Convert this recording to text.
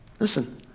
Listen